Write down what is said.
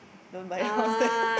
oh